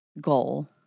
goal